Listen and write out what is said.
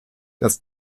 das